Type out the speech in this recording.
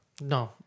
No